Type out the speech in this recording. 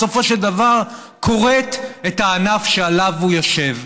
בסופו של דבר כורת את הענף שעליו הוא יושב.